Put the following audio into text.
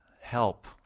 Help